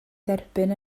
dderbyn